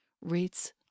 rates